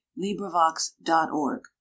LibriVox.org